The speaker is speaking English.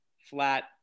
flat